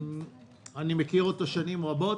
אני מכיר אותו שנים רבות,